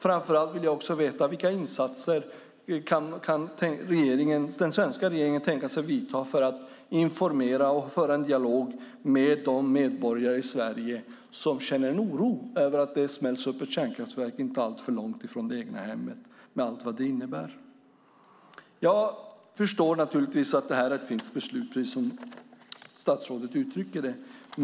Framför allt vill jag veta: Vilka insatser kan den svenska regeringen tänka sig att göra för att informera och föra en dialog med de medborgare i Sverige som känner en oro över att det smälls upp ett kärnkraftverk inte alltför långt från det egna hemmet med allt vad det innebär? Jag förstår att detta är ett finskt beslut, som statsrådet uttrycker det.